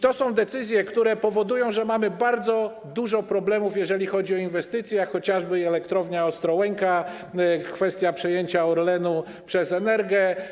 To są decyzje, które powodują, że mamy bardzo dużo problemów, jeżeli chodzi o inwestycje, takie jak chociażby elektrownia Ostrołęka, kwestia przejęcia Orlenu przez Energę.